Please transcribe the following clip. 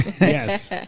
Yes